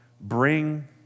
Bring